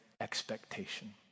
expectation